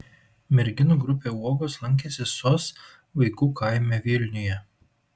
merginų grupė uogos lankėsi sos vaikų kaime vilniuje